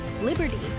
liberty